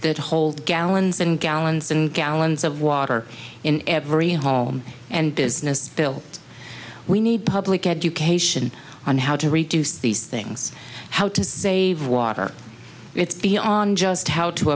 that hold gallons and gallons and gallons of water in every home and business bill we need public education on how to reduce these things how to save water it's beyond just how to